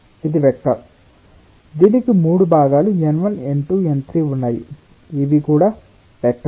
ఇది వెక్టర్ దీనికి మూడు భాగాలు n1 n2 n3 ఉన్నాయి ఇవి కూడా వెక్టర్